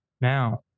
now